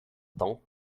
temps